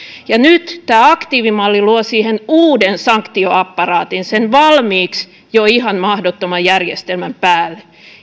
nyt tämä aktiivimalli luo siihen uuden sank tioapparaatin sen valmiiksi jo ihan mahdottoman järjestelmän päälle